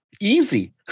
Easy